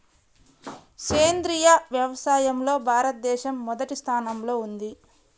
సేంద్రీయ వ్యవసాయంలో భారతదేశం మొదటి స్థానంలో ఉంది